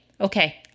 Okay